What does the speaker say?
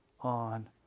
on